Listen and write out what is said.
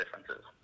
differences